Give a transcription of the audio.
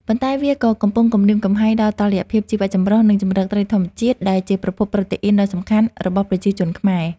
ប៉ុន្តែវាក៏កំពុងគំរាមកំហែងដល់តុល្យភាពជីវចម្រុះ និងជម្រកត្រីធម្មជាតិ ដែលជាប្រភពប្រូតេអ៊ីនដ៏សំខាន់របស់ប្រជាជនខ្មែរ។